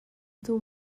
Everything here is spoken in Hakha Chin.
duh